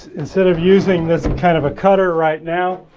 instead of using this kind of a cutter right now,